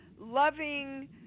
loving